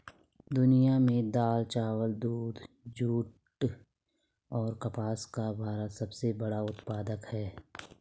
दुनिया में दाल, चावल, दूध, जूट और कपास का भारत सबसे बड़ा उत्पादक है